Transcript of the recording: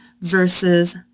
versus